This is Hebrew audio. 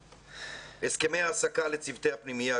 הסכמי העסקה לצוותי הפנימייה,